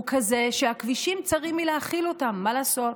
הוא כזה שהכבישים צרים מלהכיל אותם, מה לעשות.